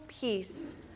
peace